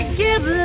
give